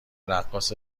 رقاص